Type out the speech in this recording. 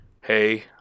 hey